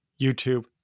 YouTube